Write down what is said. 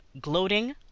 gloating